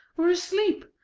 or asleep?